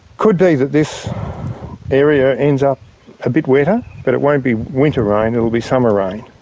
could be that this area ends up a bit wetter, but it won't be winter rain it will be summer rain.